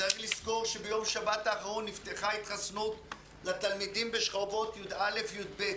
צריך לזכור שביום שבת האחרון נפתחה התחסנות לתלמידים בשכבות י"א-י"ב,